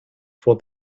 for